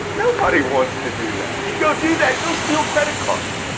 nobody wants to do that. you go do that, go steal credit cards,